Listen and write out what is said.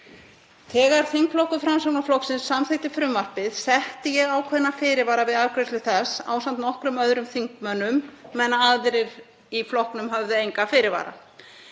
Þegar þingflokkur Framsóknarflokksins samþykkti frumvarpið setti ég ákveðna fyrirvara við afgreiðslu þess ásamt nokkrum öðrum þingmönnum meðan aðrir í flokknum höfðu enga fyrirvara.